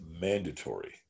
mandatory